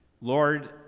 lord